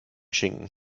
schinken